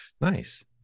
nice